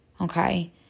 Okay